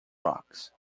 rocks